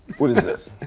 what is this?